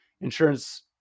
insurance